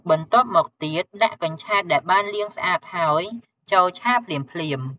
បន្ទាប់មកទៀតដាក់ កញ្ឆែត ដែលបានលាងស្អាតហើយចូលឆាភ្លាមៗ។